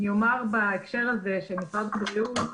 בהקשר הזה של משרד הבריאות,